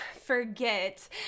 forget